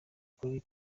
ukuri